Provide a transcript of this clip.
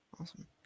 awesome